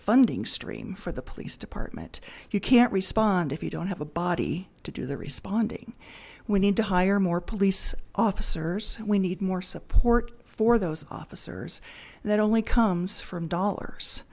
funding stream for the police department you can't respond if you don't have a body to do the responding we need to hire more police officers we need more support for those officers that only comes from